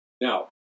Now